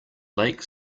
lake